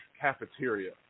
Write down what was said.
cafeteria